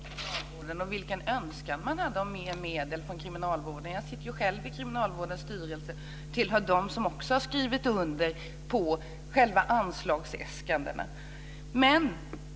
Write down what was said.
Herr talman! Jag är väl medveten om vilka behov man har inom kriminalvården och vilken önskan man hade om mer medel. Jag sitter själv i kriminalvårdens styrelse och tillhör dem som har skrivit under på själva anslagsäskandena.